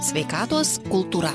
sveikatos kultūra